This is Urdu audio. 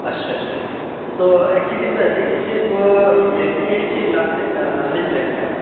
اچھا اچھا تو ایک چیز یہ بتا دیجیے کہ صرف ویج ہی ہے کہ نان ویج نان ویج بھی رکھتے ہیں آپ